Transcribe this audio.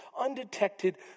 undetected